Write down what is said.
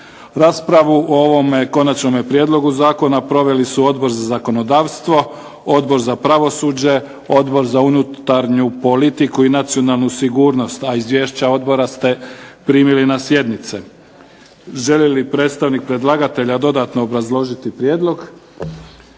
Raspravu o ovome konačnome prijedlogu zakona proveli su Odbor za zakonodavstvo, Odbor za pravosuđe, Odbor za unutarnju politiku i nacionalnu sigurnost. Izvješća odbora ste primili na sjednici. Želi li predstavnik predlagatelja dodatno obrazložiti prijedlog?